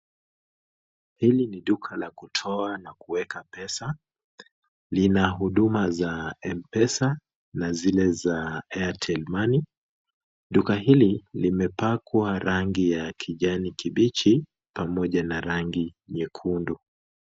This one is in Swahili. Hili ni duka la kutoa na kuweka pesa. Lina huduma za M-Pesa na zile za Airtel money. Duka hili limepakwa rangi y kijani kibichi pamoja na rangi nyekundu.